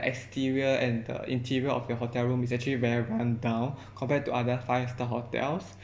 exterior and the interior of your hotel room is actually very run down compared to other five star hotels